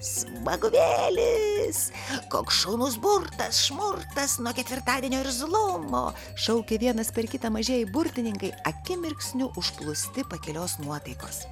smagumėlis koks šaunus burtas šmurtas nuo ketvirtadienio irzlumo šaukė vienas per kitą mažieji burtininkai akimirksniu užplūsti pakilios nuotaikos